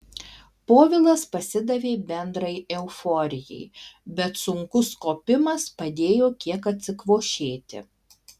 povilas pasidavė bendrai euforijai bet sunkus kopimas padėjo kiek atsikvošėti